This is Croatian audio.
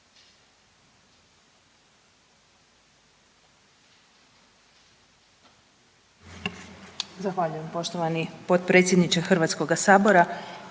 Zahvaljujem poštovani potpredsjedniče HS-a, poštovana